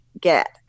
get